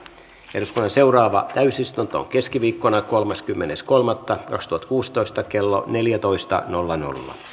keskon seuraava täysistunto keskiviikkona kolmaskymmenes kolmatta nostot kuusitoista kello neljätoista nolla nolla